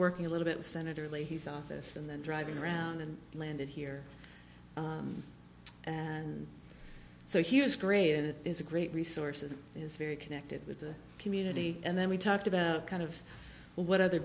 working a little bit senator leahy's office and then driving around and landed here and so he was great and it is a great resource as it is very connected with the community and then we talked about kind of what other